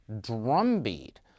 drumbeat